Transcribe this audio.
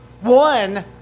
One